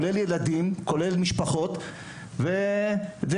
כולל משפחות וילדים,